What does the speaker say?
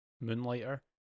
Moonlighter